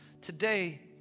Today